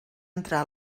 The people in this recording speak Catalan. entrar